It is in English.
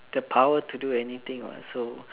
the power to do anything [what] so